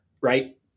Right